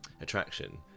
attraction